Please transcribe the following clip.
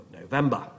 November